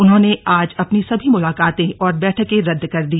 उन्होंने आज अपनी सभी मुलाकातें और बैठकें रद्द कर दी